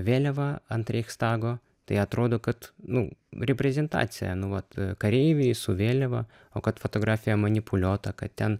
vėliavą ant reichstago tai atrodo kad nu reprezentacija nu vat kareiviai su vėliava o kad fotografija manipuliuota kad ten